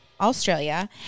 australia